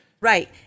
Right